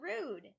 rude